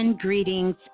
Greetings